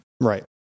Right